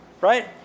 right